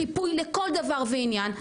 זה חיפוי לכל דבר ועניין.